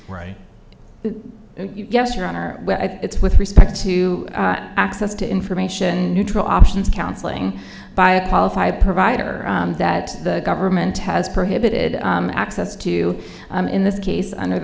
right yes your honor it's with respect to access to information neutral options counseling by a qualified provider that the government has prohibited access to in this case under the